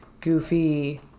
goofy